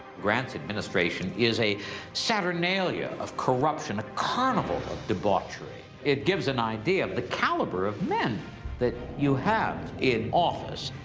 grant's administration is a saturnalia of corruption, a carnival of debauchery. it gives an idea of the caliber of men that you have in office.